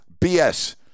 BS